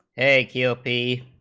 a yeah ah b